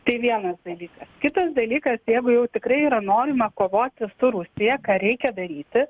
tai vienas dalykas kitas dalykas jeigu jau tikrai yra norima kovoti su rusija ką reikia daryti